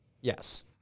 Yes